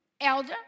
elder